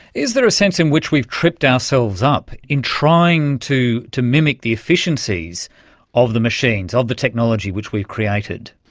is there a sense in which we've tripped ourselves up in trying to to mimic the efficiencies of the machines, of the technology which we've created?